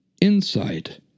insight